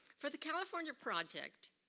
for the california project,